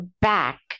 back